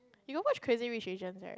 you got watch Crazy Rich Asian right